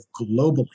globally